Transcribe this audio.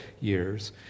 years